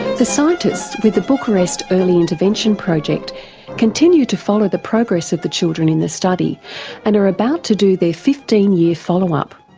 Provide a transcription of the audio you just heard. the scientists with the bucharest early intervention project continue to follow the progress of the children in the study and are about to do their fifteen year follow up.